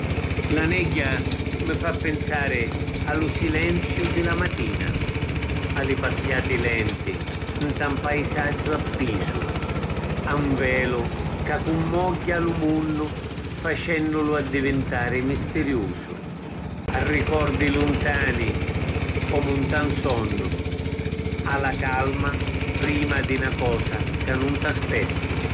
La negghia mi fa pinsari a lu silenziu di la matina, a li passiati lenti nta ‘n paisaggiu appisu, a ‘n velu ca cummogghia lu munnu facennulu addivintari mistiriusu, a ricordi luntani comu nta ‘n sonnu, a la calma prima di na cosa ca nun t’aspetti.